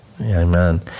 Amen